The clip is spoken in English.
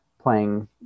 playing